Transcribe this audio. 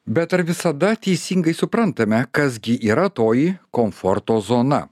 bet ar visada teisingai suprantame kas gi yra toji komforto zona